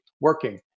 working